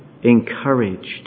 encouraged